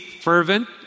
fervent